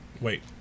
Wait